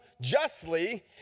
justly